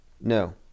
No